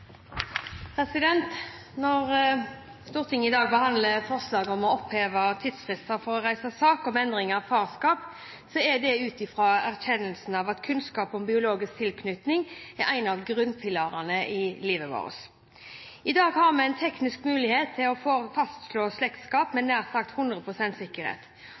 dette. Når Stortinget i dag behandler forslag om å oppheve tidsfrister for å reise sak om endring av farskap, er det ut fra en erkjennelse av at kunnskap om biologisk tilknytning er en av grunnpilarene i livet. I dag har vi tekniske muligheter til å fastslå slektskap med nær sagt 100 pst. sikkerhet.